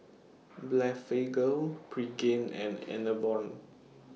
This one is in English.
Blephagel Pregain and Enervon